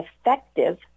effective